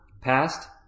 past